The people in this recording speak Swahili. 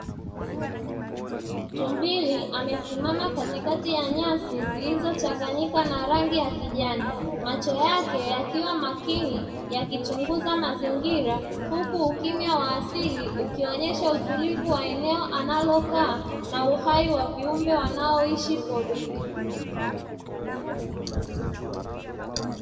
Tumbili amesimama katikati ya nyasi zilizo changanyika na rangi ya kijani; macho yake yakiwa makini yakichunguza mazingira, huku ukimya wa asili ukionyesha utulivu wa eneo analo kaa na uhai wa viumbe wanaoishi porini.